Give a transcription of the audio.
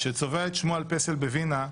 שצובע את שמו על פסל בוינה,